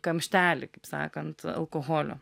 kamštelį kaip sakant alkoholio